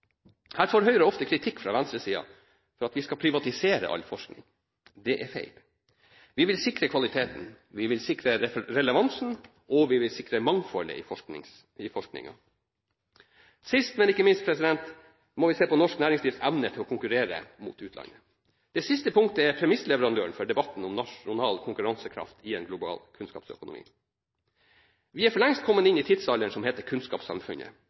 Her får Høyre ofte kritikk fra venstresiden for at vi skal privatisere all forskning. Det er feil. Vi vil sikre kvaliteten, relevansen og mangfoldet i forskningen. Sist, men ikke minst, må vi se på norsk næringslivs evne til å konkurrere mot utlandet. Dette punktet er premissleverandøren for debatten om nasjonal konkurransekraft i en global kunnskapsøkonomi. Vi er for lengst kommet inn i tidsalderen som heter kunnskapssamfunnet.